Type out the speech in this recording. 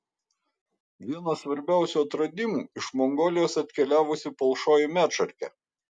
vienas svarbiausių atradimų iš mongolijos atkeliavusi palšoji medšarkė